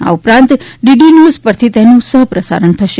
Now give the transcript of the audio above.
આ ઉપરાંત DD News પરથી તેનું સહ પ્રસારણ થશે